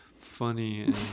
funny